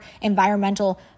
environmental